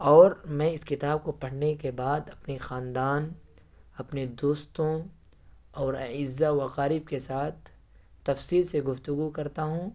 اور میں اس کتاب کو پڑھنے کے بعد اپنی خاندان اپنے دوستوں اور اعزا و اقارب کے ساتھ تفصیل سے گفتگو کرتا ہوں